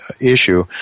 issue